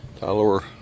Tyler